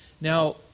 Now